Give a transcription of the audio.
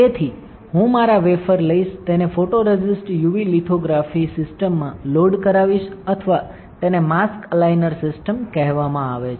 તેથી હું મારા વેફર લઈશ તેને ફોટોરેસિસ્ટ યુવી લિથોગ્રાફી સિસ્ટમમાં લોડ કરાવીશ અથવા તેને માસ્ક અલાઈનર સિસ્ટમ કહેવામાં આવે છે